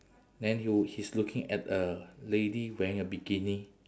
then he w~ he's looking at a lady wearing a bikini